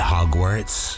Hogwarts